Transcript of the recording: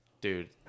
Dude